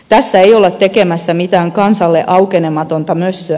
tässä ei olla tekemässä mitään kansalle aukenematonta mössöä